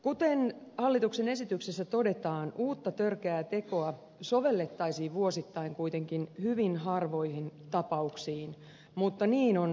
kuten hallituksen esityksessä todetaan uutta törkeää tekomuotoa sovellettaisiin vuosittain kuitenkin hyvin harvoihin tapauksiin mutta niin on tarkoituskin